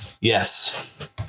Yes